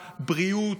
בריאות,